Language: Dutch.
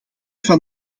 van